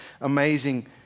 amazing